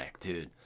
dude